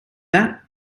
that